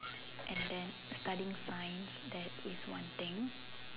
and then studying science that is one thing